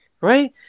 right